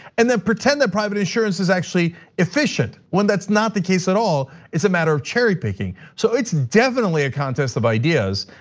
and then pretend that private insurance is actually efficient, when that's not the case at all, it's a matter of cherry-picking. so it's definitely a contest of ideas,